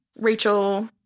Rachel